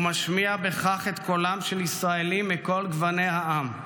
ומשמיע בכך את קולם של ישראלים מכל גווני העם,